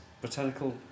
botanical